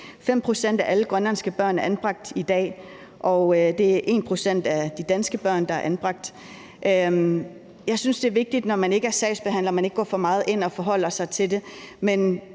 5 pct. af alle grønlandske børn er anbragt i dag, og det er 1 pct. af de danske børn, der er anbragt. Jeg synes, det er vigtigt, når man ikke er sagsbehandler, at man ikke går for meget ind og forholder sig til det. Men